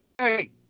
Hey